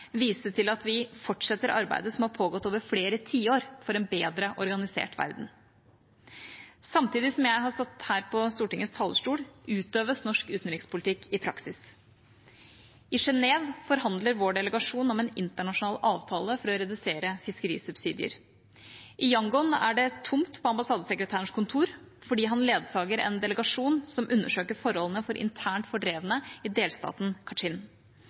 vise til at vi fortsetter arbeidet, som har pågått over flere tiår, for en bedre organisert verden. Samtidig som jeg har stått her på Stortingets talerstol, utøves norsk utenrikspolitikk i praksis. I Genève forhandler vår delegasjon om en internasjonal avtale for å redusere fiskerisubsidier. I Yangon er det tomt på ambassadesekretærens kontor fordi han ledsager en delegasjon som undersøker forholdene for internt fordrevne i delstaten Kachin.